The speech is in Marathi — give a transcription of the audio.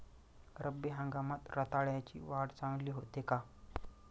रब्बी हंगामात रताळ्याची वाढ चांगली होते का?